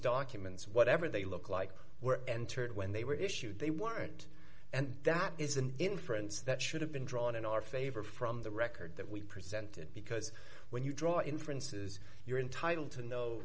documents whatever they look like were entered when they were issued they weren't and that is an inference that should have been drawn in our favor from the record that we presented because when you draw inferences you're entitled to know